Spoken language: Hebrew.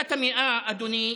בעסקת המאה, אדוני,